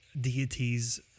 deities